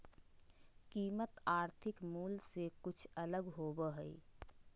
कीमत आर्थिक मूल से कुछ अलग होबो हइ